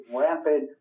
rapid